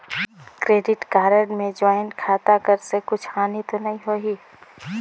Credit card मे joint खाता कर से कुछ हानि तो नइ होही?